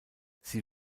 sie